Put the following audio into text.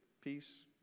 peace